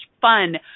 fun